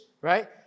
right